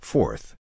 Fourth